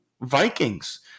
Vikings